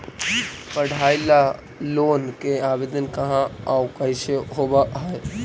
पढाई ल लोन के आवेदन कहा औ कैसे होब है?